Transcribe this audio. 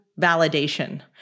validation